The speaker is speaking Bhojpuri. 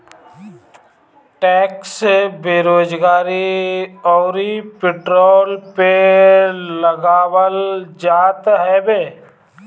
टेक्स बेरोजगारी अउरी पेरोल पे लगावल जात हवे